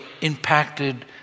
impacted